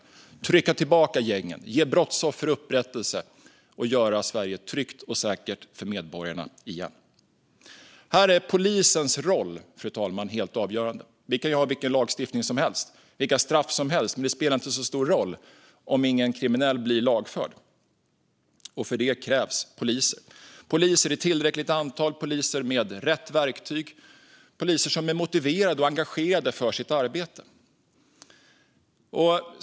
Vi ska trycka tillbaka gängen, ge brottsoffer upprättelse och göra Sverige tryggt och säkert för medborgarna igen. Här är polisens roll, fru talman, helt avgörande. Vi kan ha vilken lagstiftning som helst och vilka straff som helst, men det spelar inte så stor roll om ingen kriminell blir lagförd. Och för det krävs poliser. Det krävs poliser i tillräckligt antal, poliser med rätt verktyg och poliser som är motiverade för och engagerade i sitt arbete.